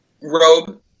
robe